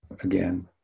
again